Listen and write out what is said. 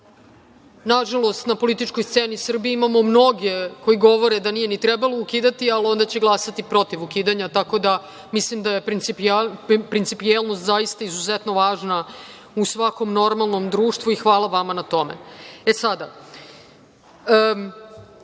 Nažalost, na političkoj sceni Srbije imamo mnoge koji govore da nije ni trebalo ukidati, a onda će glasati protiv ukidanja. Tako da, mislim da je principijelnost zaista izuzetno važna u svakom normalno društvu i hvala vama na tome.E sada,